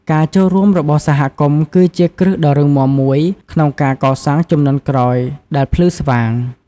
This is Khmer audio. ការចូលរួមរបស់សហគមន៍ គឺជាគ្រឹះដ៏រឹងមាំមួយក្នុងការកសាងជំនាន់ក្រោយដែលភ្លឺស្វាង។